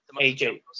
AJ